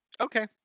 Okay